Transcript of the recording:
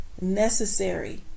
necessary